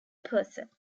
person